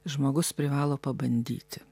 žmogus privalo pabandyti